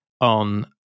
on